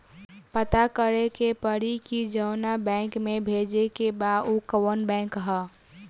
पता करे के पड़ी कि जवना बैंक में भेजे के बा उ कवन बैंक ह